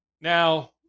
Now